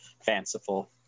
fanciful